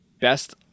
best